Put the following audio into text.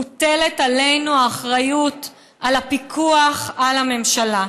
מוטלת עלינו האחריות לפיקוח על הממשלה.